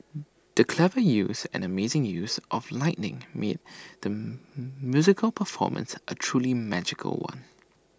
the clever use and amazing use of lighting made the musical performance A truly magical one